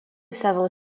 savant